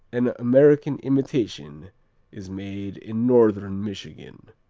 an american imitation is made in northern michigan.